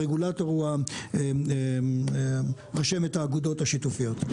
הרגולטור הוא רשמת האגודות השיתופיות.